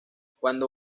cuando